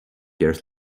years